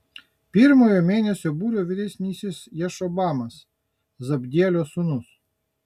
pirmojo mėnesio būrio vyresnysis jašobamas zabdielio sūnus